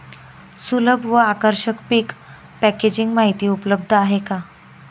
सुलभ व आकर्षक पीक पॅकेजिंग माहिती उपलब्ध आहे का?